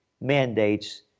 mandates